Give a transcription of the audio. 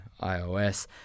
iOS